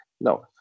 No